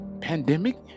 pandemic